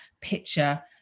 picture